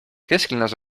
kesklinnas